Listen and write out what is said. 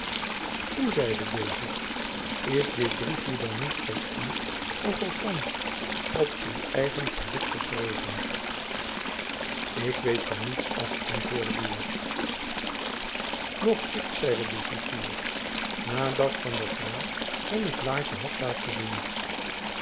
hoe zeide deze is dit briefjen dan niet van u of althands op uw eigen verzoek geschreven ik weet van niets af antwoordde buat noch ik zeide de cipier na dat van der graef hem het blaadtjen had laten zien